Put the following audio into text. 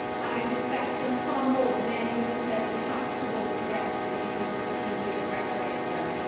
and i respect them far more than anyone who says we have to vote for brexit because of the previous referendum.